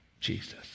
Jesus